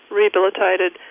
rehabilitated